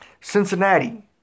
Cincinnati